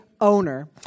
owner